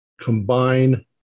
combine